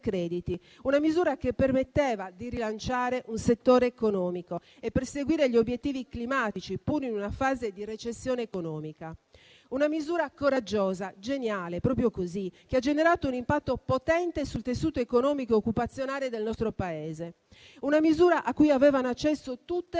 crediti; una misura che permetteva di rilanciare un settore economico e perseguire gli obiettivi climatici, pur in una fase di recessione economica. Una misura coraggiosa e geniale, proprio così, che ha generato un impatto potente sul tessuto economico e occupazionale del nostro Paese. Una misura a cui avevano accesso tutte